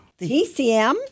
TCM